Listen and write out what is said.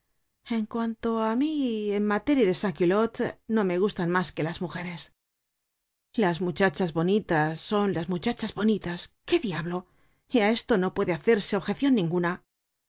en cuanto á mí en materia de sans culottes no me gustan mas que las mujeres las muchachas bonitas son las muchachas bonitas qué diablo y á esto no puede hacerse objeccion ninguna